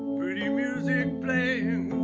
pretty music playing